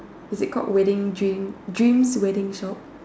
is it called wedding dream dreams wedding shop